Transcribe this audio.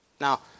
Now